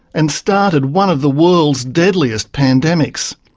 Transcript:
and started one of the world's deadliest pandemics.